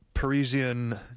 Parisian